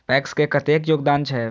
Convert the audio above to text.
PACS के कतेक योगदान छै?